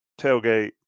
tailgate